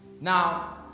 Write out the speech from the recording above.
Now